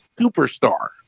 Superstar